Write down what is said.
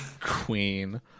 Queen